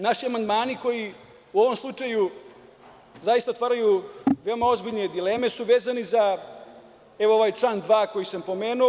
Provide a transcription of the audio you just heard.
Naši amandmani, koji u ovom slučaju zaista otvaraju veoma ozbiljne dileme, su vezani za ovaj član 2, koji sam pomenuo.